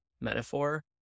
metaphor